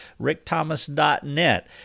rickthomas.net